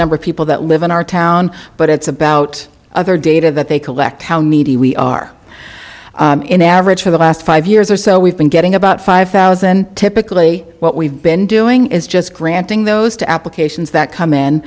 number of people that live in our town but it's about other data that they collect how needy we are in average for the last five years or so we've been getting about five thousand typically what we've been doing is just granting those to applications that come in